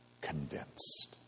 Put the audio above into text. convinced